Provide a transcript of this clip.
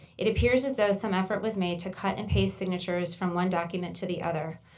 it appears as though some effort was made to cut and paste signatures from one document to the other,